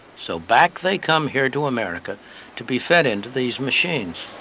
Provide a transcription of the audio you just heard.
so back they come here to america to be fed into these machines.